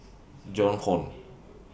Joan Hon